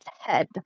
head